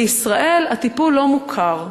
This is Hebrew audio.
בישראל הטיפול לא מוכר,